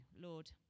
Lord